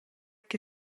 che